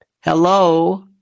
Hello